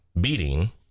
beating